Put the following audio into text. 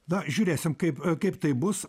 na žiūrėsim kaip kaip tai bus